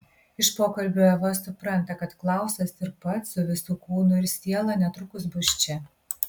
iš pokalbio eva supranta kad klausas ir pats su visu kūnu ir siela netrukus bus čia